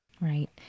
Right